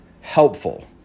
helpful